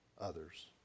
others